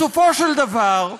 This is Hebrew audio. בסופו של דבר,